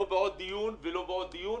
לא לעוד דיון ולא לעוד דיון,